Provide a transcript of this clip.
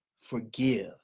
forgive